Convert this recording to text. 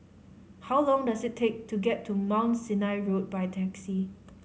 how long does it take to get to Mount Sinai Road by taxi